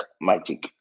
magic